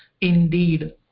indeed